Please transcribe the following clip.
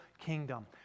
kingdom